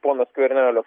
pono skvernelio